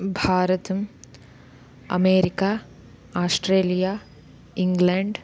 भारतम् अमेरिक Australia England